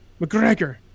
McGregor